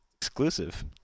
Exclusive